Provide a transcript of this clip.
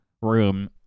room